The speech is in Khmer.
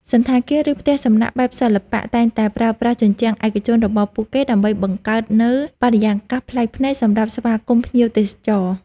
សណ្ឋាគារ ឬផ្ទះសំណាក់បែបសិល្បៈ តែងតែប្រើប្រាស់ជញ្ជាំងឯកជនរបស់ពួកគេដើម្បីបង្កើតនូវបរិយាកាសប្លែកភ្នែកសម្រាប់ស្វាគមន៍ភ្ញៀវទេសចរ។